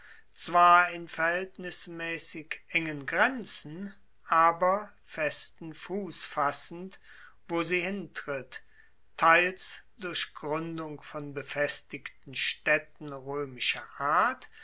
zwar in verhaeltnismaessig engen grenzen aber festen fuss fassend wo sie hintritt teils durch gruendung von befestigten staedten roemischer art